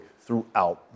throughout